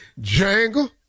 jangle